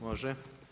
Može.